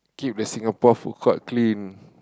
keep the Singapore food court clean